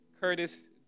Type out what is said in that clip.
Curtis